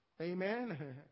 Amen